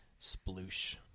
sploosh